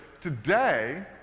Today